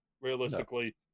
realistically